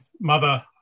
mother